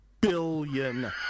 billion